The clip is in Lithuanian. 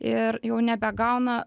ir jau nebegauna